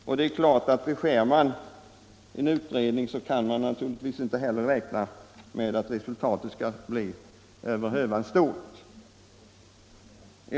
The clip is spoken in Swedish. Och det är klart att beskär man en utredning kan man inte heller räkna med att resultatet skall bli över hövar stort.